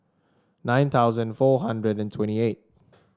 nine thousand four hundred and twenty eight